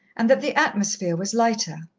and that the atmosphere was lighter.